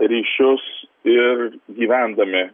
ryšius ir gyvendami